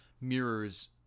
mirrors